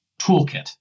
toolkit